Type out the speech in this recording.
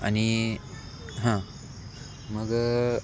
आणि हां मग